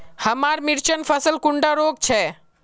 हमार मिर्चन फसल कुंडा रोग छै?